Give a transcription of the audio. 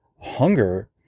hunger